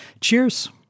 Cheers